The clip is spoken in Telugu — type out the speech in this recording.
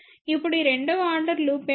ఇప్పుడు ఈ రెండవ ఆర్డర్ లూప్ ఏమిటి